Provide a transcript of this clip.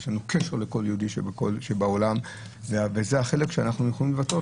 יש לנו קשר לכל יהודי שבעולם וזה החלק שאנחנו יכולים לבטא.